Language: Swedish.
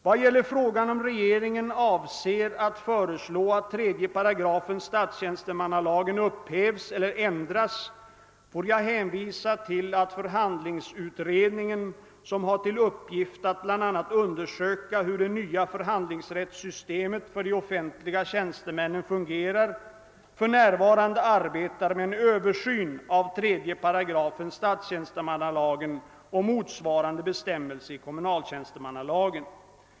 Vad gäller frågan om regeringen avser att föreslå att 3 8 statstjänstemannalagen upphävs eller ändras får jag hänvisa till att förhandlingsutredningen, som har till uppgift att bl.a. undersöka hur det nya förhandlingsrättssystemet för de offentliga tjänstemännen fungerar, för närvarande arbetar med en översyn av 3 § statstjänstemannalagen och motsvarande bestämmelse i kommunaltjänstemannalagen.